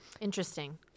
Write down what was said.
Interesting